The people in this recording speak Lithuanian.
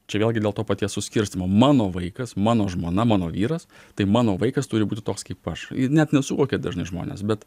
čia vėlgi dėl to paties suskirstymo mano vaikas mano žmona mano vyras tai mano vaikas turi būti toks kaip aš net nesuvokia dažnai žmonės bet